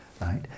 right